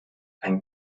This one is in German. ein